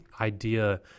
idea